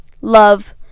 love